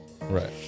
right